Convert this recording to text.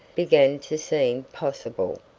began to seem possible.